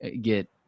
get